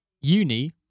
Uni